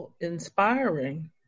inspiring